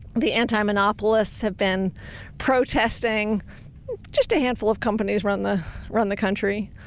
the anti-monopolists have been protesting just a handful of companies run the run the country.